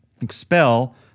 Expel